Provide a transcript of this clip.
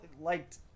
liked